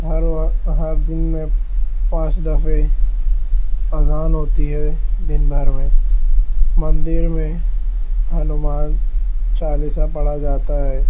ہر وا ہر دن میں پانچ دفع اذان ہوتی ہے دن بھر میں مندر میں ہنومان چالیسا پڑھا جاتا ہے